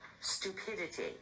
stupidity